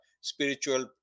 spiritual